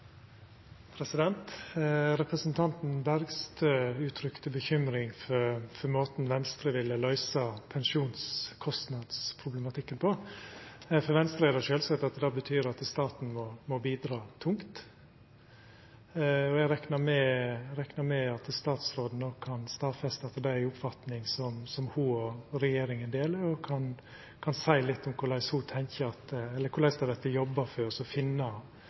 plass. Representanten Bergstø uttrykte bekymring for måten Venstre ville løysa pensjonskostnadsproblematikken på. For Venstre er det sjølvsagt at staten må bidra tungt. Eg reknar med at statsråden no kan stadfesta at det er ei oppfatning som ho og regjeringa deler, og kan seia litt om korleis det vert jobba for å finna løysingar på pensjonsproblematikken. Jeg har også registrert at SV var bekymret for dette. Nå er det slik at både SV og Arbeiderpartiet har